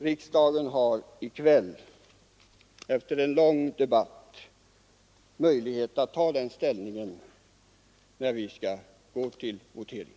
Riksdagen har i kväll, efter en lång debatt, möjlighet att ta den ställningen, när vi skall votera.